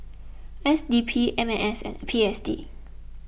S D P M M S and P S D